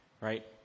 right